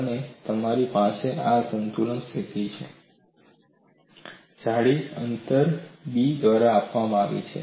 અને તમારી પાસે આ સંતુલન સ્થિતિ છે જાળી અંતર b દ્વારા આપવામાં આવે છે